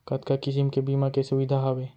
कतका किसिम के बीमा के सुविधा हावे?